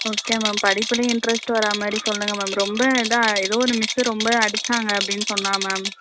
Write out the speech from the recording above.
okay ma'am படிப்புலையும் interest வர மாதிரி சொல்லுங்கள் மேம் ரொம்ப இதாக ஏதோ ஒரு மிஸ்ஸு ரொம்ப அடித்தாங்க அப்படின்னு சொன்னான் மேம்